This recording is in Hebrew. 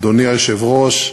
אדוני היושב-ראש,